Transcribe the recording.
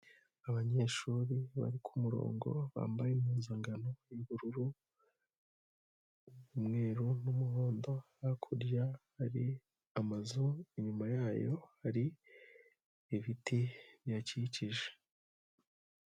Abanyeshuri bari ku murongo bambaye impuzangano y'ubururu, umweru n'umuhondo hakurya hari amazu inyuma yayo hari ibiti biyakikije.